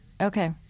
Okay